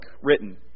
written